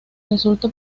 resulta